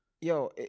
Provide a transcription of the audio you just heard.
Yo